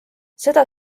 seda